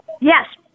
Yes